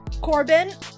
corbin